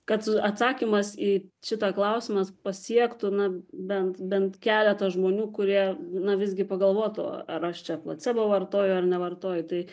kad atsakymas į šitą klausimą pasiektų na bent bent keletą žmonių kurie na visgi pagalvotų ar aš čia placebą vartoju ar nevartoju tai